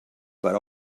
per